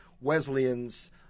Wesleyan's